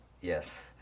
Yes